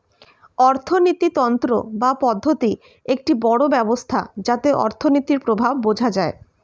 অর্থিনীতি তন্ত্র বা পদ্ধতি একটি বড় ব্যবস্থা যাতে অর্থনীতির প্রভাব বোঝা যায়